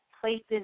places